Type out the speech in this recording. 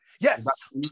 Yes